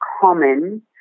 common